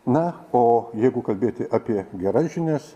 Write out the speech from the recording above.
na o jeigu kalbėti apie geras žinias